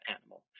animal